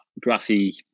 grassy